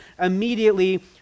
immediately